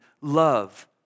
love